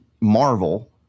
marvel